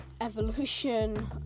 evolution